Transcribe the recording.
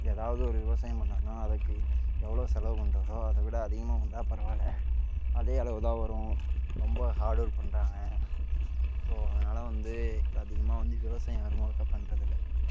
ஏதாவது ஒரு விவசாயம் பண்ணினா அதுக்கு எவ்வளோ செலவு பண்ணுறாரோ அதைவிட அதிகமாக வந்தால் பரவாயில்ல அதே அளவு தான் வரும் ரொம்ப ஹார்ட் ஒர்க் பண்ணுறாங்க ஸோ அதனால வந்து இப்போ அதிகமாக வந்து விவசாயம் யாரும் ஒழுங்கா பண்ணுறதில்ல